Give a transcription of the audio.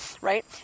right